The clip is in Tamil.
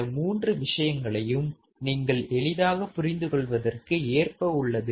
இந்த மூன்று விஷயங்களையும் நீங்கள் எளிதாக புரிந்து கொள்வதற்கு ஏற்ப உள்ளது